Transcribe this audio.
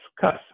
cuss